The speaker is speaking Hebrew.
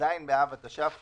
"3.9 מיליארד שקלים חדשים";"